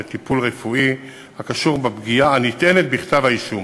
לטיפול רפואי הקשור בפגיעה הנטענת בכתב-האישום.